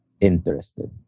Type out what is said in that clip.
interested